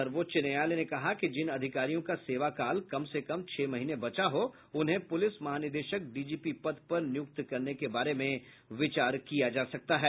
सर्वोच्च न्यायालय ने कहा कि जिन अधिकारियों का सेवाकाल कम से कम छह महीने बचा हो उन्हें पूलिस महानिदेशक डीजीपी पद पर नियुक्त करने के बारे में विचार किया जा सकता है